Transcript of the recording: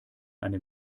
eine